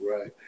Right